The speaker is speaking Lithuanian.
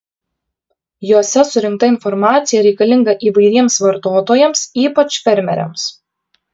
jose surinkta informacija reikalinga įvairiems vartotojams ypač fermeriams